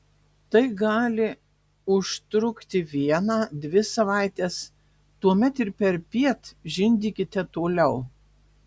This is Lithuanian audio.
tai gali užtrukti vieną dvi savaites tuomet ir perpiet žindykite toliau